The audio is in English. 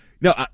No